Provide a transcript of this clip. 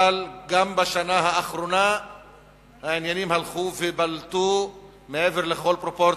אבל גם בשנה האחרונה העניינים הלכו ובלטו מעבר לכל פרופורציה.